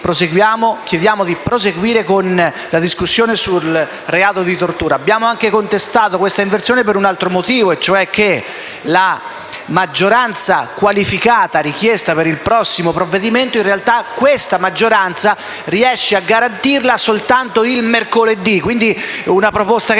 quindi di proseguire con la discussione sul delitto di tortura. Abbiamo anche contestato questa inversione per un altro motivo e cioè che la maggioranza qualificata richiesta per il prossimo provvedimento, in realtà, riuscite a garantirla soltanto il mercoledì